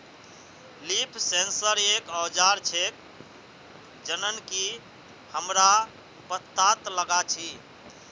leaf sensor एक औजार छेक जननकी हमरा पत्ततात लगा छी